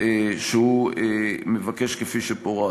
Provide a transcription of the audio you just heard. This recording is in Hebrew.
שהוא מבקש, כפי שפורט.